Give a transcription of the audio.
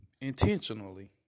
Intentionally